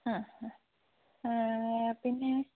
ആ ആ പിന്നെ